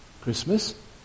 Christmas